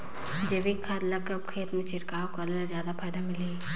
जैविक खाद ल कब खेत मे छिड़काव करे ले जादा फायदा मिलही?